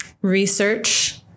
research